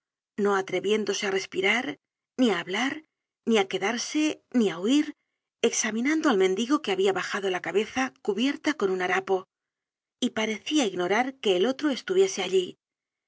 no atreviéndose á respirar ni á hablar ni á quedarse ni á huir examinando al mendigo que habia bajado la cabeza cubierta con un harapo y parecia ignorar que el otro estuviese allí